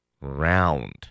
round